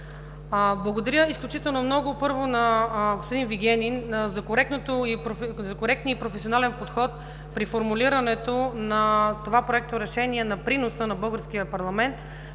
Благодаря изключително много, първо, на Господин Вигенин за коректния и професионален подход при формулирането на това проекторешение на приноса на българския парламент.